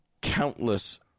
countless